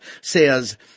says